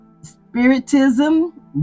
spiritism